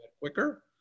quicker